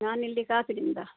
ನಾನಿಲ್ಲಿ ಕಾಸಿಡಿಂದ